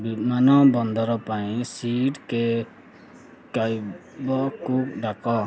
ବିମାନ ବନ୍ଦର ପାଇଁ ସି ଟି କ୍ୟାବ୍କୁ ଡାକ